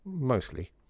Mostly